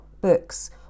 books